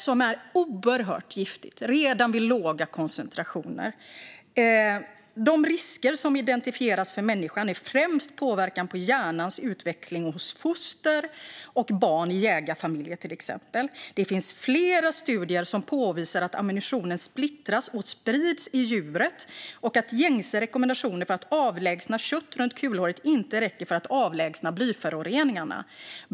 Det är oerhört giftigt redan i låga koncentrationer. De risker som identifieras för människan är främst påverkan på hjärnans utveckling hos foster och barn i till exempel jägarfamiljer. Det finns flera studier som påvisar att ammunitionen splittras och sprids i djuret och att gängse rekommendationer för att avlägsna kött från kulhålet inte räcker för att avlägsna blyföroreningarna.